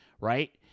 right